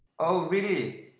oh, really!